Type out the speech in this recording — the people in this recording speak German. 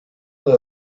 der